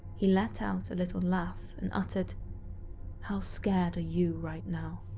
he let out a little laugh and uttered how scared are you, right now?